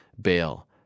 bail